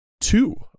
two